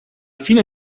fine